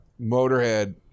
motorhead